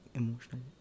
emotional